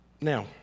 Now